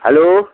hello